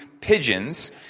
pigeons